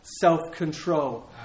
self-control